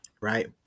right